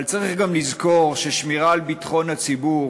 אבל צריך גם לזכור ששמירה על ביטחון הציבור